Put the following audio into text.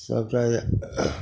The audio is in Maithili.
सभटा